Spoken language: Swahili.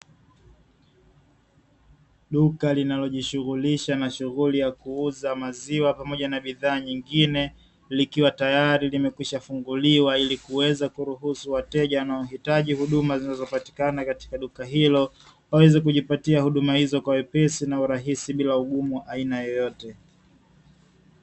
Duka linalojishughulisha na shughuli ya kuuza maziwa, pamoja na bidhaa nyingine likiwa tayari limekwisha funguliwa, ili kuweza kuruhusu wateja wanaohitaji huduma zinazopatikana katika duka hilo, waweze kujipatia huduma hizo kwa wepesi na urahisi bila ya ugumu wa aina yoyote.